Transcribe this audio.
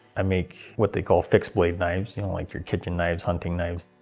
i make what they call fixed blade knives you know like your kitchen knives, hunting knives.